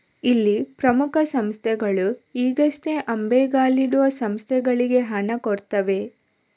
ಇಲ್ಲಿ ಪ್ರಮುಖ ಸಂಸ್ಥೆಗಳು ಈಗಷ್ಟೇ ಅಂಬೆಗಾಲಿಡುವ ಸಂಸ್ಥೆಗಳಿಗೆ ಹಣ ಕೊಡ್ತವೆ